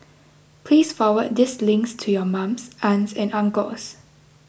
please forward this links to your mums aunts and uncles